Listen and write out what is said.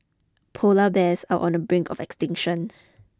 polar bears are on the brink of extinction